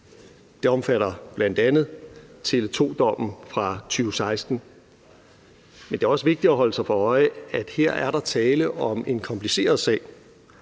Det omfatter bl.a. Tele2-dommen fra 2016. Men det er også vigtigt at holde sig for øje, at her er der tale om en kompliceret sag,